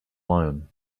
loan